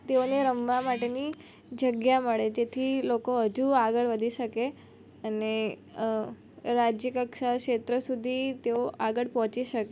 તેઓને રમવા માટેની જગ્યા મળે જેથી લોકો હજુ આગળ વધી શકે અને રાજ્યકક્ષા ક્ષેત્ર સુધી તેઓ આગળ પહોંચી શકે